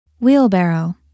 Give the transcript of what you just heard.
Wheelbarrow